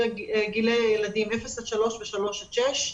גילי הילדים אפס עד שלוש ושלוש עד שש.